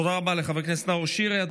תודה רבה לחבר הכנסת נאור שירי.